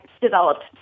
developed